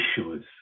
issuers